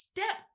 Step